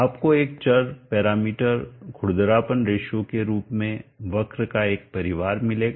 आपको एक चर पैरामीटर खुरदरापन रेशियो के रूप में वक्र का एक परिवार मिलेगा